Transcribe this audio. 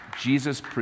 Jesus